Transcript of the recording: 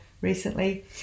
recently